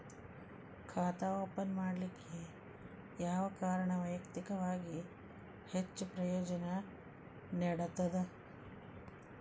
ಖಾತಾ ಓಪನ್ ಮಾಡಲಿಕ್ಕೆ ಯಾವ ಕಾರಣ ವೈಯಕ್ತಿಕವಾಗಿ ಹೆಚ್ಚು ಪ್ರಯೋಜನ ನೇಡತದ?